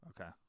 Okay